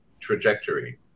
trajectory